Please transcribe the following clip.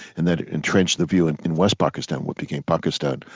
in that it entrenched the view and in west pakistan, what became pakistan,